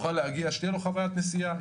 שתהיה לו חוויית נסיעה.